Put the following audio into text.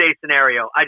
scenario